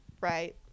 Right